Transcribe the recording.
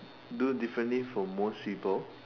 do differently for most people